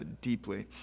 deeply